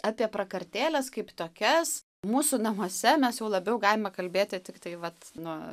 apie prakartėles kaip tokias mūsų namuose mes jau labiau galime kalbėti tiktai vat nuo